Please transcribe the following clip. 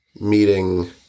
meeting